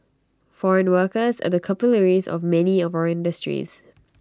foreign workers are the capillaries of many of our industries